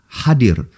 hadir